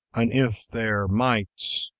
an if there might,